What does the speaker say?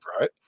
right